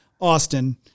Austin